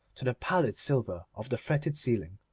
to the pallid silver of the fretted ceiling.